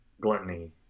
gluttony